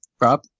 Rob